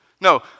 no